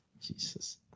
Jesus